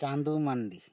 ᱪᱟᱸᱫᱚ ᱢᱟᱱᱰᱤ